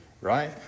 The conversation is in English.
right